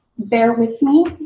bear with me.